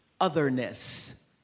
otherness